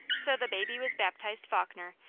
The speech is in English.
so the baby was baptised faulkner,